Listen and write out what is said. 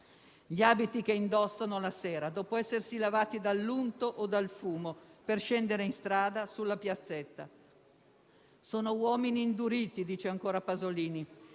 gli abiti che indossano la sera, dopo essersi lavati dall'unto o dal fumo, per scendere in strada, sulla piazzetta». Dice ancora Pasolini